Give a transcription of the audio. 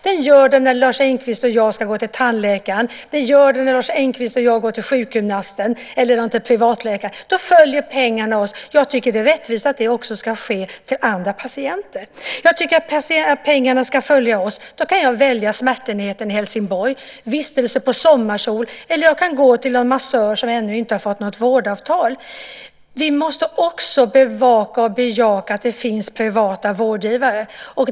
De gör det när Lars Engqvist och jag går till tandläkaren. De gör det när Lars Engqvist och jag går till sjukgymnasten eller till en privatläkare. Då följer pengarna oss. Jag tycker att det är rättvist att det också ska ske för andra patienter. Jag tycker att pengarna ska följa oss. Då kan jag välja smärtenheten i Helsingborg eller vistelse på Sommarsol, och jag kan gå till en massör som ännu inte har fått något vårdavtal. Vi måste också bevaka och bejaka att det finns privata vårdgivare.